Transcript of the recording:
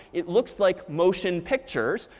it looks like motion pictures,